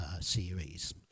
series